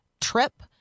trip